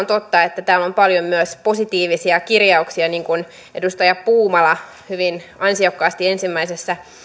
totta että täällä on paljon myös positiivisia kirjauksia niin kuin edustaja puumala hyvin ansiokkaasti ensimmäisessä